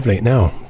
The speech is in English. Now